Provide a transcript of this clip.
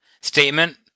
statement